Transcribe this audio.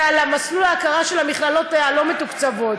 וזה מסלול ההכרה של המכללות הלא-מתוקצבות.